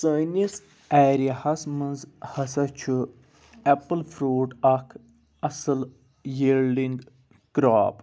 سٲنِس ایریاہَس مَنٛز ہَسا چھُ اٮ۪پٕل فرٛوٗٹ اکھ اَصٕل ییٖلڈِنٛگ کرٛاپ